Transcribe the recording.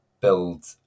build